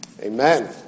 Amen